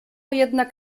jednak